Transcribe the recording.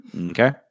Okay